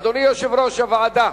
אדוני יושב-ראש הוועדה,